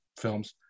films